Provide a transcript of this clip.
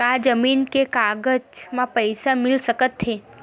का जमीन के कागज म पईसा मिल सकत हे?